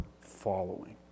following